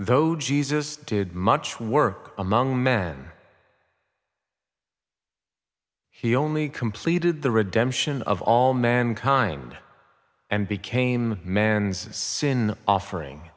though jesus did much work among men he only completed the redemption of all mankind and became man's sin offering